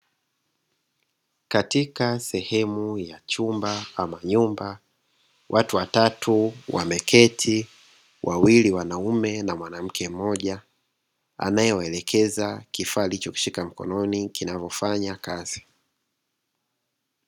Katika sehemu ya chumba ama nyumba, watu watatu wameketi; wawili wanaume na mwanamke mmoja, anayewaelekeza kifaa alichoshika mkononi kinavyofanya kazi.